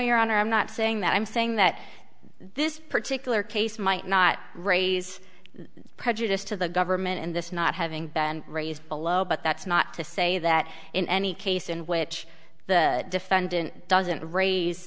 honor i'm not saying that i'm saying that this particular case might not raise prejudice to the government and this not having been raised below but that's not to say that in any case in which the defendant doesn't raise